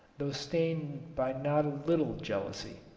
though stained by not a little jealousy.